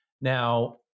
now